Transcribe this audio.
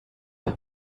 him